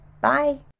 Bye